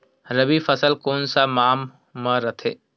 रबी फसल कोन सा माह म रथे?